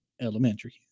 elementary